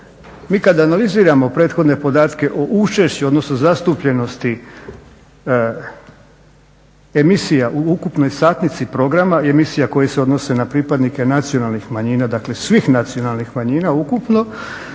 Mi kada analiziramo prethodne podatke o učešću odnosno zastupljenosti emisija u ukupnoj satnici programa i emisija koje se odnose na pripadnike nacionalnih manjina dakle svih nacionalnih manjina ukupno